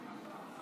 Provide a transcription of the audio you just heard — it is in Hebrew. אדוני היושב-ראש,